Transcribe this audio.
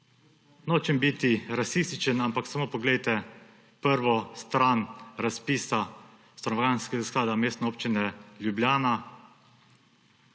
Nočem biti rasističen, ampak samo poglejte prvo stran razpisa Javnega stanovanjskega sklada Mestne občine Ljubljana